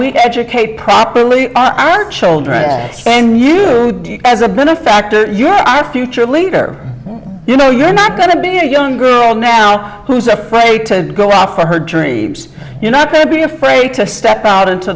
we educate properly are a shoulder and you as a benefactor you're our future leader you know you're not going to be a young girl now who's afraid to go off on her jury you're not going to be afraid to step out into